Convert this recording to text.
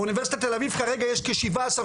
באונ' תל אביב כרגע יש כשבעה עשר,